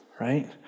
right